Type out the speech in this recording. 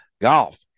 golf